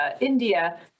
India